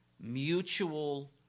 mutual